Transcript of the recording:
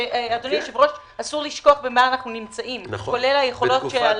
אסור לשכוח שאנחנו נמצאים בתקופת משבר.